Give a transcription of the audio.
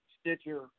Stitcher